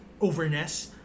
overness